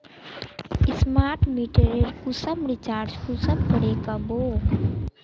Smart मीटरेर कुंसम recharge कुंसम करे का बो?